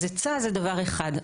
אז היצע, זה דבר אחד.